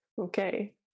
Okay